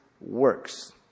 works